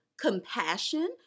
compassion